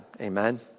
Amen